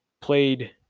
played